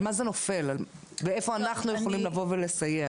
על מה זה נופל ואיפה אנחנו יכולים לבוא ולסייע?